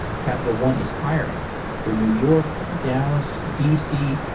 capital one is hiring for new york, dallas, d c.